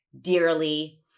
dearly